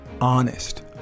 honest